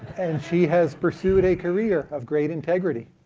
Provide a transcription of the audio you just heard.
and she has pursued a career of great integrity.